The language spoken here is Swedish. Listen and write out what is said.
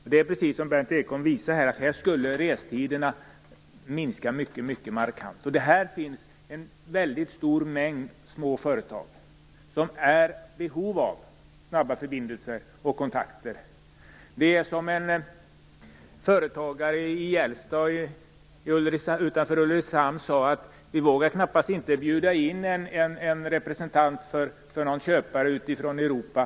Precis som Berndt Ekholm visade skulle restiderna minska mycket markant. Här finns också en mycket stor mängd små företag. De är i behov av snabba förbindelser och kontakter. En företagare i Gällstad utanför Ullricehamn sade: Vi vågar knappast inte bjuda in representanter för köpare från Europa.